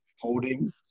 Holding